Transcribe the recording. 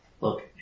Look